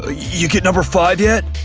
ah you get number five yet?